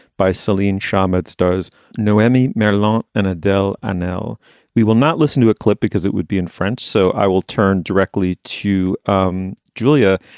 by celine shawmut stars noemi, mary long and adele. and now we will not listen to a clip because it would be in french. so i will turn directly to um julia.